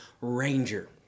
Ranger